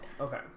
Okay